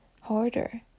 harder